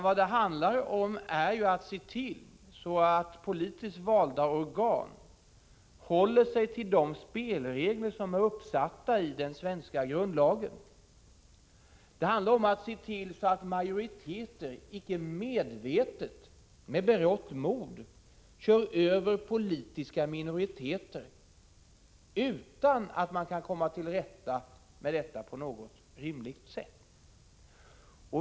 Vad det handlar om är att se till att politiskt valda organ håller sig till de spelregler som är uppsatta i den svenska grundlagen. Det handlar om att se till att majoriteter icke med berått mod kör över politiska minoriteter utan att man kan komma till rätta med detta på ett rimligt sätt.